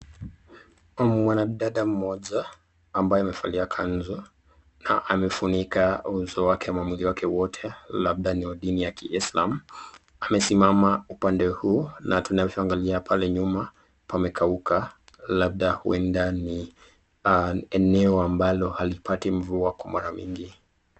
Mwanadada mmoja ambaye amevalia kanzu na amefunika uso wake na mwili wake wote, labda ni dini ya kiislam. Amesimama upande huu na tunavyoangalia pale nyuma pamekauka labda huenda ni eneo ambalo halipati mvua kwa mara mingi.